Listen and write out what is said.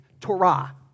Torah